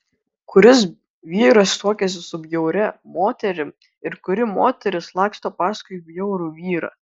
kuris vyras tuokiasi su bjauria moterim ir kuri moteris laksto paskui bjaurų vyrą